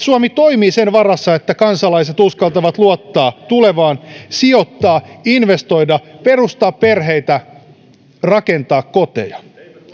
suomi toimii sen varassa että kansalaiset uskaltavat luottaa tulevaan sijoittaa investoida perustaa perheitä ja rakentaa koteja